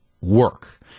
work